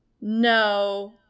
no